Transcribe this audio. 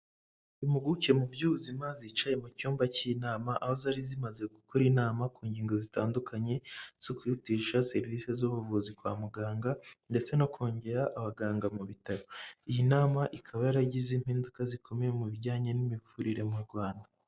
Impuguke mu by'ubuzima zicaye mu cyumba cy'inama aho zari zimaze gukora inama ku ngingo zitandukanye, zo kwihutisha serivisi z'ubuvuzi kwa muganga ndetse no kongera abaganga mu bitaro, iyi nama ikaba yaragize impinduka zikomeye mu bijyanye n'imivurire mu Rwanda.